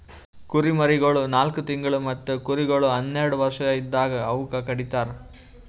ಕುರಿಮರಿಗೊಳ್ ನಾಲ್ಕು ತಿಂಗುಳ್ ಮತ್ತ ಕುರಿಗೊಳ್ ಹನ್ನೆರಡು ವರ್ಷ ಇದ್ದಾಗ್ ಅವೂಕ ಕಡಿತರ್